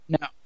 No